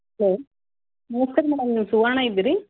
hello ನಮಸ್ಕಾರ madam ನೀವು ಸುವರ್ಣ ಇದ್ದೀರಾ